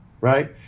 right